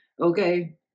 okay